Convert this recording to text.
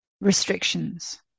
restrictions